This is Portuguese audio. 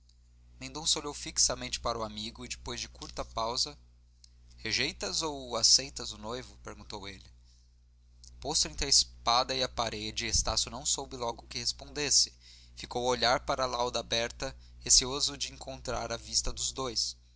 mendonça olhou fixamente para o amigo e depois de curta pausa rejeitas ou aceitas o noivo perguntou ele posto entre a espada e a parede estácio não soube logo que respondesse ficou a olhar para a lauda aberta receoso de encontrar a vista dos dois